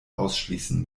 ausschließen